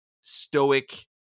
stoic